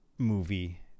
movie